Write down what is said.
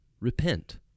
Repent